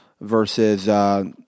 versus –